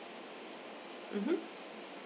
mmhmm